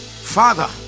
father